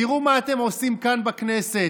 תראו מה אתם עושים כאן בכנסת.